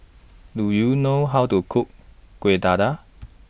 Do YOU know How to Cook Kueh Dadar